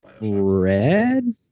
Red